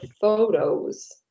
photos